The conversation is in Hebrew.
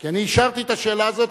כי אני אישרתי את השאלה הזאת,